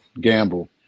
Gamble